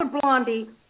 Blondie